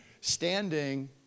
standing